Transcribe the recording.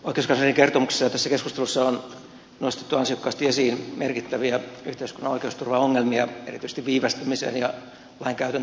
oikeuskanslerin kertomuksessa ja tässä keskustelussa on nostettu ansiokkaasti esiin merkittäviä yhteiskunnan oikeusturvaongelmia erityisesti viivästymiseen ja lainkäytön tehottomuuteen liittyen